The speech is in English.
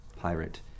pirate